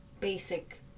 basic